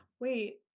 Wait